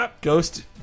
ghost